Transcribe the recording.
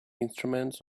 instruments